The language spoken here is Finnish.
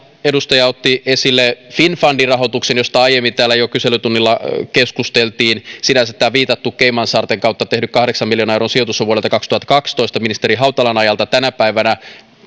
otti esille finnfundin rahoituksen josta aiemmin täällä jo kyselytunnilla keskusteltiin sinänsä tämä viitattu caymansaarten kautta tehty kahdeksan miljoonan sijoitus on vuodelta kaksituhattakaksitoista ministeri hautalan ajalta tänä päivänä